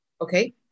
Okay